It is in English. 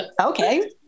okay